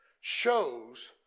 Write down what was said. shows